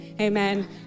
Amen